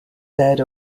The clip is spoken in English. said